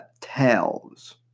tales